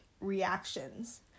reactions